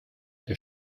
der